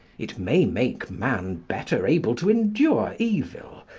it may make man better able to endure evil,